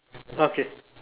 okay